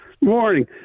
Morning